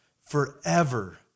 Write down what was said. forever